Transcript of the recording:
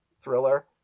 thriller